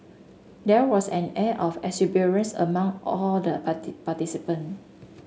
there was an air of exuberance among all the party participant